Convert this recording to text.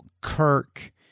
kirk